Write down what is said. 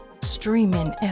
streaming